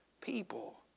people